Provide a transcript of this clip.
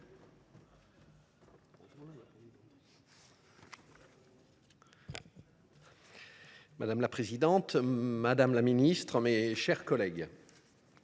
Madame la présidente, madame la ministre, mes chers collègues,